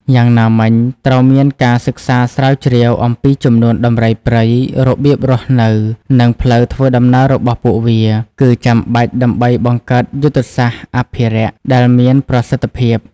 យ៉ាងណាមិញត្រូវមានការសិក្សាស្រាវជ្រាវអំពីចំនួនដំរីព្រៃ របៀបរស់នៅ និងផ្លូវធ្វើដំណើររបស់ពួកវា គឺចាំបាច់ដើម្បីបង្កើតយុទ្ធសាស្ត្រអភិរក្សដែលមានប្រសិទ្ធភាព។